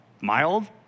mild